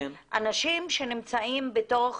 אנשים שנמצאים בתוך